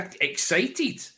excited